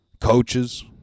coaches